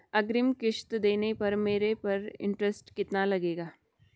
अग्रिम किश्त देने पर मेरे पर इंट्रेस्ट कितना लगेगा?